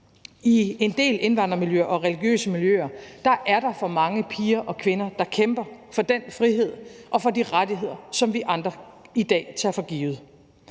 I en del indvandrermiljøer og religiøse miljøer er der for mange piger og kvinder, der kæmper for den frihed og for de rettigheder, som vi andre i dag tager for givet